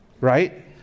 right